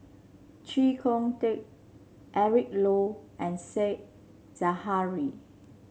Chee Kong Tet Eric Low and Said Zahari